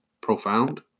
profound